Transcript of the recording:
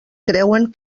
creuen